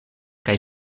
kaj